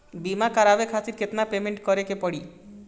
बीमा करावे खातिर केतना पेमेंट करे के पड़ी?